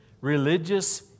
religious